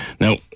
now